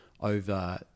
over